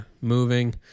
moving